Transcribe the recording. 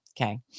Okay